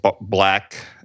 black